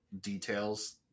details